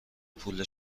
پول